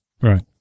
Right